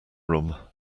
room